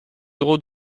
euros